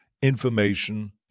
information